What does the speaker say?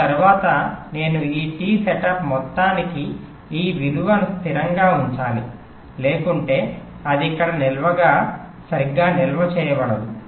ఆ తరువాత నేను ఈ టి సెటప్ మొత్తానికి ఈ విలువను స్థిరంగా ఉంచాలి లేకుంటే అది ఇక్కడ సరిగ్గా నిల్వ చేయబడదు